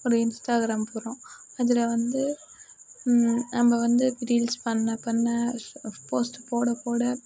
ஒரு இன்ஸ்டாகிராம் போகிறோம் அதில் வந்து நம்ம வந்து இப்போ ரீல்ஸ் பண்ண பண்ண ஸ் போஸ்ட் போட போட